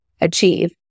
achieve